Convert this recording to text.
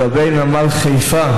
לגבי נמל חיפה